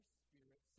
spirit